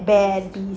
bad beast